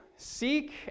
Seek